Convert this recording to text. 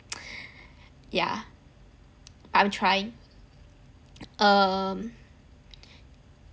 yeah I'm trying um